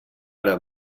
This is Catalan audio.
ara